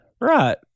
Right